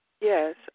Yes